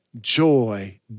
joy